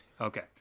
Okay